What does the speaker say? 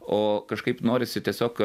o kažkaip norisi tiesiog